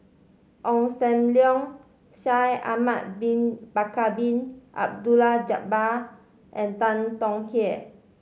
Ong Sam Leong Shaikh Ahmad Bin Bakar Bin Abdullah Jabbar and Tan Tong Hye